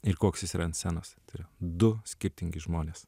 ir koks jis yra ant scenos tai yra du skirtingi žmonės